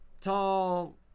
tall